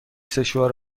سشوار